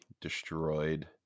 destroyed